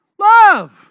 love